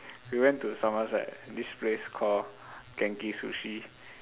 we went to somerset this place call Genki-Sushi